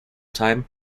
time